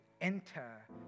enter